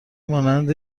مانند